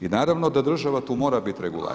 I naravno da država tu mora biti regulator.